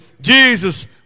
Jesus